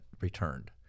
returned